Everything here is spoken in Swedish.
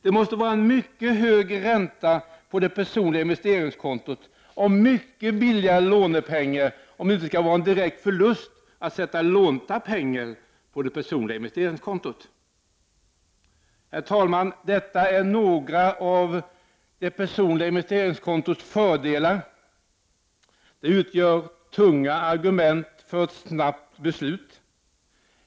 Det måste vara en mycket hög ränta på det personliga investeringskontot och mycket billiga lånepengar, om det inte skall bli en direkt förlust att sätta in lånta pengar på det personliga investeringskontot. Herr talman! Detta är några av det personliga investeringskontots fördelar. De utgör tunga argument för ett snabbt beslut.